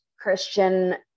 Christian